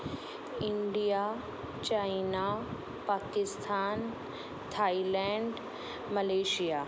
India China Pakistan Thailand Malaysia